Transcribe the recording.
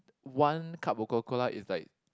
one cup of Coca-cola is like